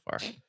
far